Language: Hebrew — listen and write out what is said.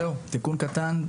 זהו, תיקון קטן.